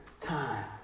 time